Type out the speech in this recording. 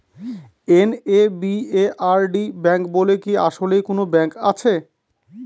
NABARD bank বলে কি আসলেই কোনো ব্যাংক আছে?